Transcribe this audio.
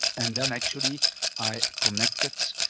and then actually i connected so